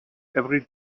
every